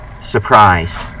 surprised